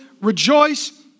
rejoice